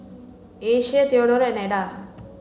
Asia Theadore and Eda